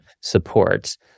supports